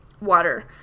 water